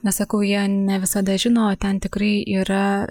nes sakau jie ne visada žino o ten tikrai yra